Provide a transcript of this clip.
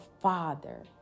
Father